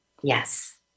Yes